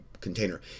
container